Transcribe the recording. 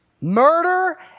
murder